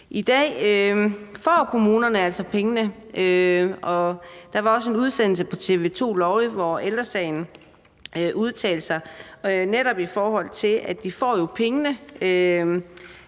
I dag får kommunerne altså pengene. Der var også en udsendelse på TV 2 Lorry, hvor Ældre Sagen udtalte sig om, at de får pengene